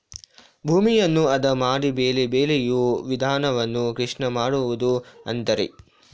ಭೂಮಿಯನ್ನು ಅದ ಮಾಡಿ ಬೆಳೆ ಬೆಳೆಯೂ ವಿಧಾನವನ್ನು ಕೃಷಿ ಮಾಡುವುದು ಅಂತರೆ